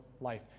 life